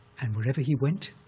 and wherever he went,